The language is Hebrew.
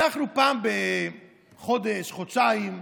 אנחנו פעם בחודש, חודשיים,